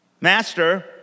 Master